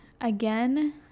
again